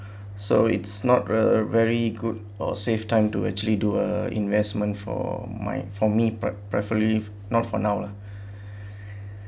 so it's not a very good or save time to actually do a investment for my for me pref~ preferably not for now lah